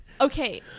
okay